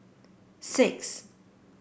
six